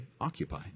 occupy